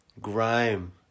Grime